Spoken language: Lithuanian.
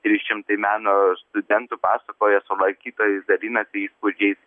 trys šimtai meno studentų pasakoja su lankytojais dalinasi įspūdžiais